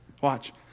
watch